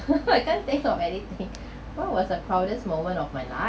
I can't think of anything what was the proudest moment of my life